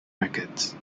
records